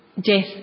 death